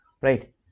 right